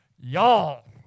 y'all